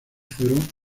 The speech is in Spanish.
fueron